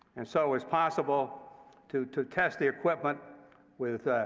and so it was possible to to test the equipment with